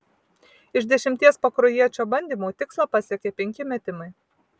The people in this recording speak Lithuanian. iš dešimties pakruojiečio bandymų tikslą pasiekė penki metimai